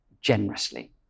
generously